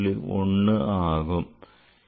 1 ஆகும்